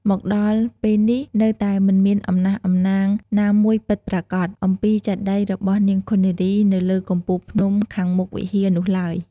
មកដល់ពេលនេះនៅតែមិនមានអំណះអំណាងណាមួយពិតប្រាកដ អំពីចេតិយរបស់នាងឃុននារីនៅលើកំពូលភ្នំខាងមុខវិហារនោះឡើយ។